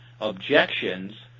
objections